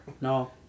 No